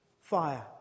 fire